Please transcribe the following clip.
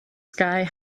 sky